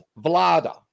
Vlada